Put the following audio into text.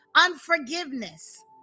unforgiveness